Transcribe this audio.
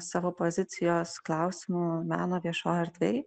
savo pozicijos klausimu meno viešoj erdvėj